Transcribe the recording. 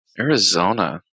Arizona